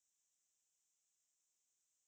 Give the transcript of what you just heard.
err